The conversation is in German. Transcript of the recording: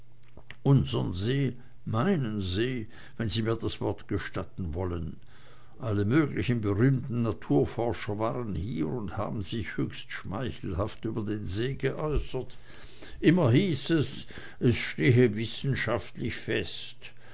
unsern see meinen see wenn sie mir das wort gestatten wollen alle möglichen berühmten naturforscher waren hier und haben sich höchst schmeichelhaft über den see geäußert immer hieß es es stehe wissenschaftlich fest